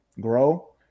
grow